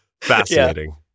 Fascinating